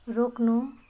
रोक्नु